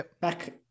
Back